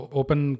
open